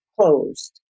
closed